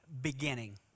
beginning